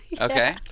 Okay